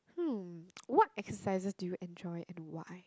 hmm what exercises do you enjoy and why